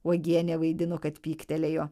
uogienė vaidino kad pyktelėjo